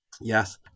Yes